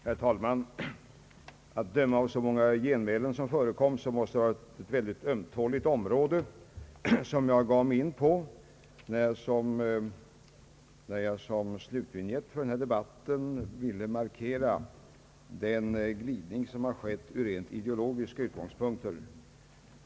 Herr talman! Att döma av det stora antalet genmälen måste det vara ett mycket ömtåligt område jag gav mig in på när jag som slutvinjett för denna debatt ville markera den glidning som skett från rent ideologiska utgångspunkter.